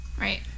Right